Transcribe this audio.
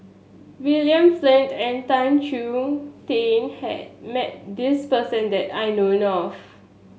William Flint and Tan Chong Tee has met this person that I know of